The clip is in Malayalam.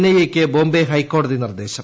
ക്ഐ യ്ക്ക് ബോംബെ ഹൈക്കോടതി നിർദ്ദേശം